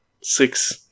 six